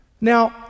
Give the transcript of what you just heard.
Now